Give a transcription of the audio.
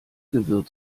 gewirr